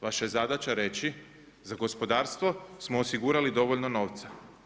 Vaša je zadaća reći za gospodarstvo smo osigurali dovoljno novca.